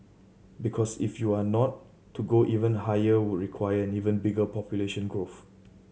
because if you are not to go even higher would require an even bigger population growth